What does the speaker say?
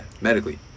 Medically